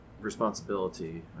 responsibility